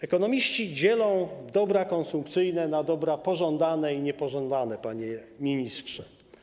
Ekonomiści dzielą dobra konsumpcyjne na dobra pożądane i niepożądane, panie ministrze.